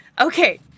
Okay